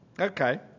Okay